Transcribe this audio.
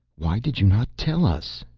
why did you not tell us?